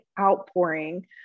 outpouring